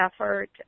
effort